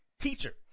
teacher